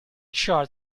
short